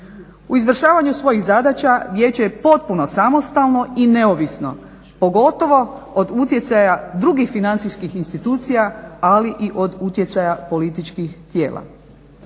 U izvršavanju svojih zadaća vijeće je potpuno samostalno i neovisno pogotovo od utjecaja drugih financijskih institucija, ali i od utjecaja političkih tijela.